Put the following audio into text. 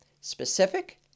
specific